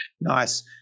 Nice